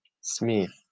Smith